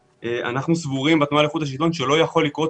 אנחנו סבורים בתנועה לאיכות השלטון שלא יכול לקרות